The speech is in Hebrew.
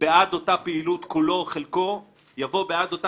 "בעד אותה פעילות כולה או חלקה" יבוא: "בעד אותה